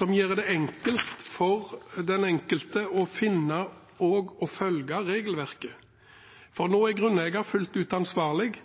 som gjør det enkelt for den enkelte å finne og å følge regelverket, for nå er grunneier fullt ut ansvarlig for